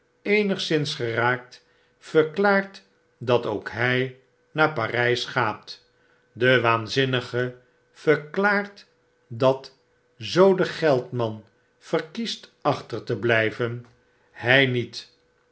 eenigszins geraakt verklaart dat ook hy naar parys gaat de waanzinnige verklaart dat zoo de geldman verkiest achter te blyven hg niet